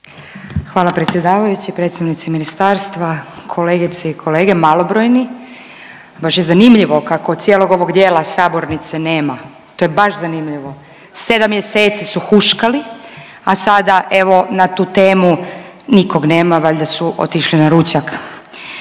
Hvala predsjedavajući. Predstavnici ministarstva, kolegice i kolege malobrojni. Baš je zanimljivo kako cijelog ovog dijela sabornice nema, to je baš zanimljivo, sedam mjeseci su huškali, a sada evo na tu temu nikog nema. Valjda su otišli na ručak.